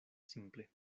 simple